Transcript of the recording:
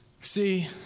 See